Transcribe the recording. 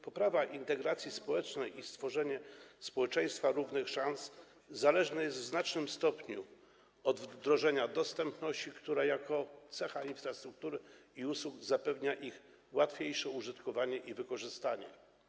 Poprawa integracji społecznej i stworzenie społeczeństwa równych szans zależne są w znacznym stopniu od wdrożenia dostępności, która jako cecha infrastruktury i usług zapewnia ich łatwiejsze użytkowanie i wykorzystywanie.